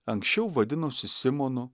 anksčiau vadinosi simonu